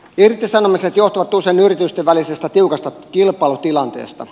irtisanomiset johtuvat usein yritysten välisestä tiukasta kilpailutilanteesta